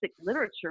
literature